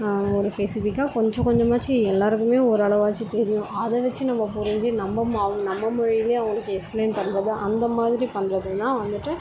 ஒரு ஸ்பெஸிஃபிக்காக கொஞ்சம் கொஞ்சமாச்சும் எல்லாருக்குமே ஒரு அளவாச்சும் தெரியும் அதை வச்சு நம்ம புரிந்து நம்ம மொ நம்ம மொழியிலியே அவங்களுக்கு எக்ஸ்ப்ளைன் பண்ணுறது அந்தமாதிரி பண்ணுறதுன்னா வந்துட்டு